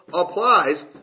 applies